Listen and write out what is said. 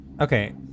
Okay